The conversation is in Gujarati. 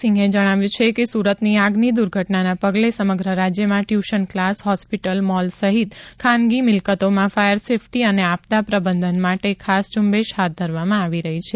સિંહે જણાવ્યું છે કે સુરતની આગની દુર્ઘટનાના પગલે સમગ્ર રાજ્યમાં ટ્યૂશન ક્લાસ હોસ્પિટલ મોલ સહિતની ખાનગી મિલકતોમાં ફાયર સેફટી અને આપદા પ્રબંધન માટે ખાસ ઝૂંબેશ હાથ ધરવામાં આવી રહી છે